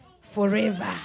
forever